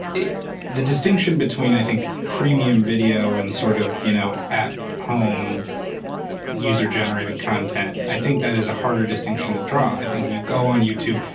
the distinction between i think premium video and sort of, you know, at home user generated content. i think that is a harder distinction to draw. i think when you go on youtube,